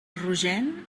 rogent